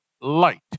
light